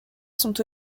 sont